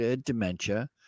Dementia